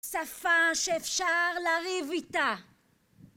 שפה שאפשר לריב איתה